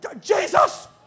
jesus